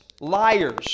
liars